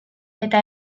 eta